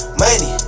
money